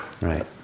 Right